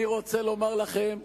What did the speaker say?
אני רוצה לומר לכם,